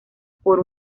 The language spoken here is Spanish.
por